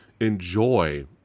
Enjoy